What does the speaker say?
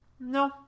No